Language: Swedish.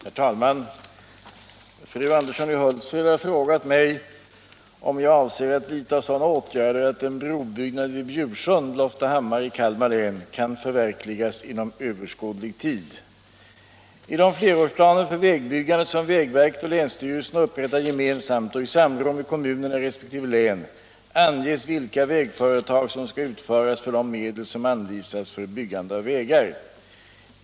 Herr talman! Fru Andersson i Hultsfred har frågat mig om jag avser att vidta sådana åtgärder att en brobyggnad vid Bjursund, Loftahammar, i Kalmar län kan förverkligas inom överskådlig tid. I de flerårsplaner för vägbyggandet som vägverket och länsstyrelserna upprättar gemensamt och i samråd med kommunerna i resp. län anges vilka vägföretag som skall utföras för de medel som anvisas för byggande av vägar.